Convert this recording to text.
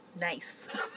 Nice